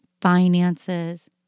finances